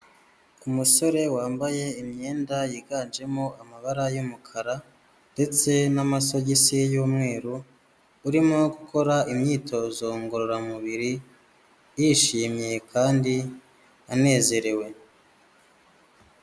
Umusore wambaye imyenda yiganjemo amabara y'umukara ndetse n'amagisi y'umweru, urimo ukora imyitozo ngororamubiri, yishimye kandi anezerewe.